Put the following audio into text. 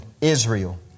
Israel